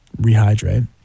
Rehydrate